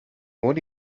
what